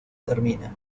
termina